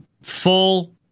full